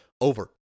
over